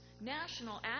national